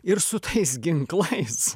ir su tais ginklais